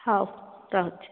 ହଉ ରହୁଛି